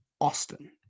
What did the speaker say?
Austin